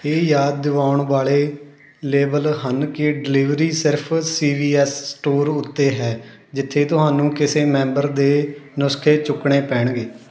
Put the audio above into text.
ਇਹ ਯਾਦ ਦਿਵਾਉਣ ਵਾਲੇ ਲੇਬਲ ਹਨ ਕਿ ਡਿਲਿਵਰੀ ਸਿਰਫ ਸੀ ਵੀ ਐੱਸ ਸਟੋਰ ਉੱਤੇ ਹੈ ਜਿੱਥੇ ਤੁਹਾਨੂੰ ਕਿਸੇ ਮੈਂਬਰ ਦੇ ਨੁਸਖੇ ਚੁੱਕਣੇ ਪੈਣਗੇ